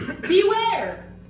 Beware